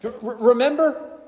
Remember